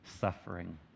suffering